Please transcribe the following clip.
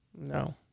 No